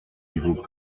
niveau